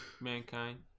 Mankind